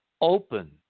open